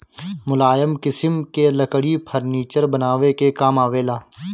मुलायम किसिम के लकड़ी फर्नीचर बनावे के काम आवेला